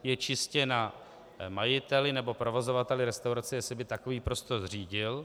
Je čistě na majiteli nebo provozovateli restaurace, jestli by takový prostor zřídil.